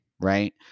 right